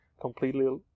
completely